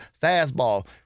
fastball